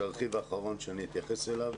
זה הרכיב האחרון שאני תייחס אליו.